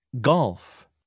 Golf